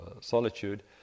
solitude